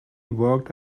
worked